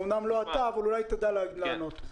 אולי תדע לענות.